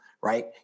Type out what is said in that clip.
right